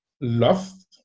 lust